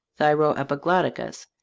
thyroepiglotticus